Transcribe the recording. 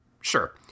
Sure